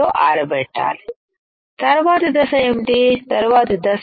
తో ఆరబెట్టాలి తర్వాత దశ ఏంటి తరువాతి దశ